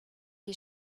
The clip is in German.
die